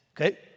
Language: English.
Okay